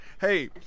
hey